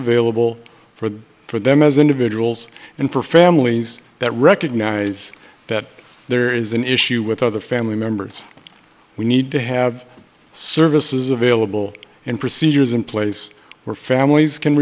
available for the for them as individuals and for families that recognize that there is an issue with other family members we need to have services available and procedures in place where families can